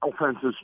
offenses